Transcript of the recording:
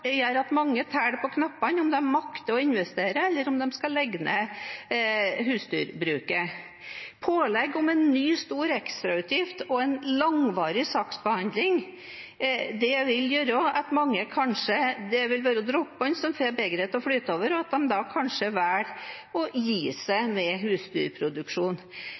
gjør at mange teller på knappene om de makter å investere, eller om de skal legge ned husdyrbruket. Pålegg om en ny stor ekstrautgift og en langvarig saksbehandling vil være dråpen som får begeret til å flyte over, og at noen da kanskje velger å gi seg med husdyrproduksjon.